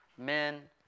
Men